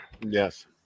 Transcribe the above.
yes